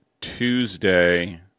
Tuesday